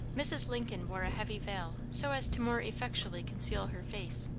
mrs. lincoln wore a heavy veil so as to more effectually conceal her face.